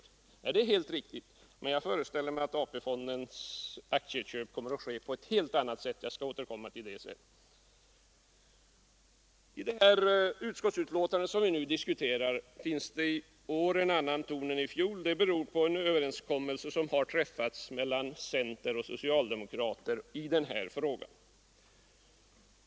Ja, det är visserligen helt riktigt, men jag föreställer mig att aktiefondens aktieköp kommer att tillgå på ett helt annat sätt. Jag skall återkomma till det sedan. I det utskottsbetänkande som vi nu diskuterar finns det en annan ton i år än det fanns i utskottsbetänkandet från i fjol. Det beror på att en överenskommelse har träffats mellan centerpartister och socialdemokrater i denna fråga.